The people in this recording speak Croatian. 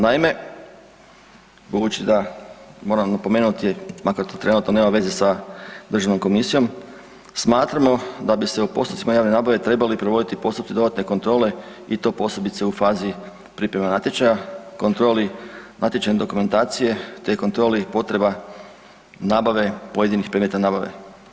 Naime, budući da moram napomenuti makar to trenutno nema veze sa državnom komisijom smatramo da bi se u postupcima javne nabave trebali provoditi postupci dodatne kontrole i posebice u fazi pripreme natječaja, kontroli natječajne dokumentacije te kontroli potreba nabave pojedinih predmeta nabave.